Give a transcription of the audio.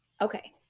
okay